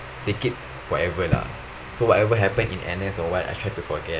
take it forever lah so whatever happen in N_S or what I try to forget